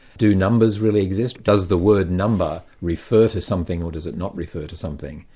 do numbers really exist? does the word number refer to something or does it not refer to something?